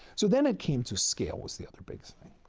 so, then it came to scale was the other big thing.